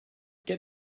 get